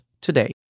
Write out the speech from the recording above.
today